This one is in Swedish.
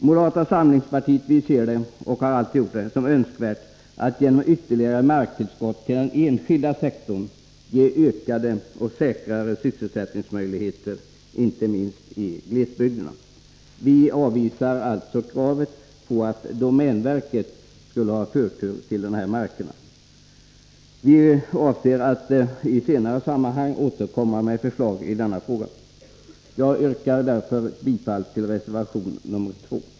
Moderata samlingspartiet anser det vara önskvärt — och det har vi alltid gjort — att man genom ytterligare marktillskott till den enskilda sektorn skapar ökade och säkrare sysselsättningsmöjligheter, inte minst i glesbygderna. Vi avvisar alltså kravet på att domänverket skulle ha förtur till de här markerna. Vi avser att senare återkomma med förslag i denna fråga. Jag yrkar bifall till reservation 2.